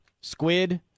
Squid